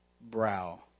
brow